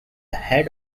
head